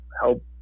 help